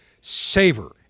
savor